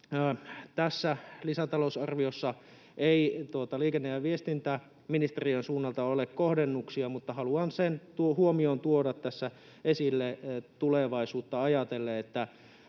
Tässä lisätalousarviossa ei liikenne‑ ja viestintäministeriön suunnalta ole kohdennuksia, mutta haluan tuoda tässä esille tulevaisuutta ajatellen sen